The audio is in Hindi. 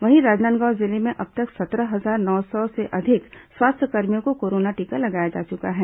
वहीं राजनांदगांव जिले में अब तक सत्रह हजार नौ सौ से अधिक स्वास्थ्यकर्मियों को कोरोना टीका लगाया जा चुका है